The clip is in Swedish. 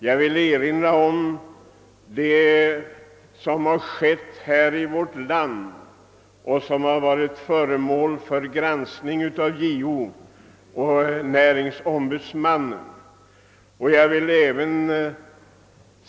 Jag vill också erinra om det som har skett här i vårt land och som har varit föremål för granskning av JO och näringsfrihetsombudsmannen.